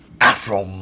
afro